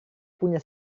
punya